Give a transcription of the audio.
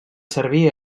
servir